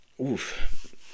oof